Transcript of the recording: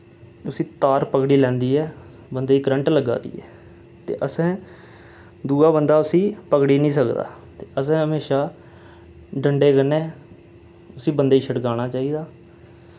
उस्सी तार पकड़ी लैंदी ऐ बंदे ई करंट लग्गै दी ऐ ते असें दुआ बंदा उस्सी पकड़ी निं सकदा ते असें म्हेशां डंडे कन्नै उस्सी बंदे ही छड़काना चाहिदा